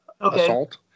Assault